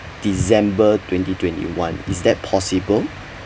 december twenty twenty one is that possible